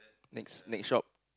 next next shop